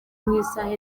nk’isaha